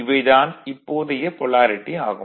இவை தான் இப்போதைய பொலாரிட்டி ஆகும்